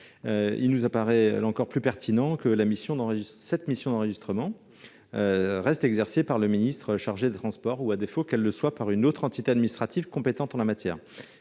Il nous paraît plus pertinent que cette mission d'enregistrement reste exercée par ce ministre ou, à défaut, qu'elle le soit par une autre entité administrative compétente en la matière.